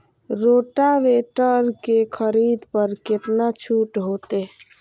Rotavator के खरीद पर केतना छूट होते?